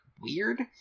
weird